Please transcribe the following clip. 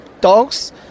dogs